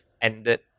ended